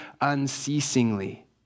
unceasingly